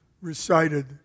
recited